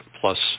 plus